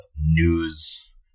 news